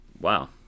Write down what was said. Wow